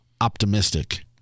optimistic